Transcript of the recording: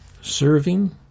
serving